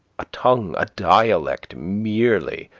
a tongue, a dialect merely,